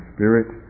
Spirit